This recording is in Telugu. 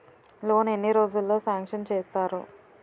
లోన్ ఎన్ని రోజుల్లో సాంక్షన్ చేస్తారు?